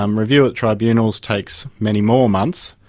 um review at tribunals takes many more months.